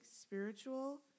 spiritual